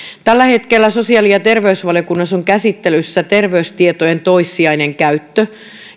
tällä hetkellä sosiaali ja terveysvaliokunnassa on käsittelyssä terveystietojen toissijainen käyttö